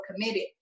committed